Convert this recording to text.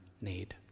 need